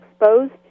exposed